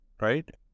right